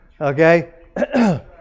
Okay